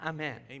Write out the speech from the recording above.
Amen